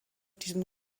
diesem